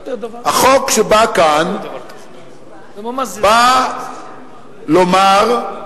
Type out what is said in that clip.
החוק כאן בא לומר: